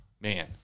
Man